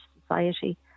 society